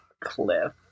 cliff